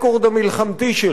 והוא בא ואומר: